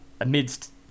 amidst